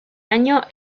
año